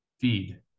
feed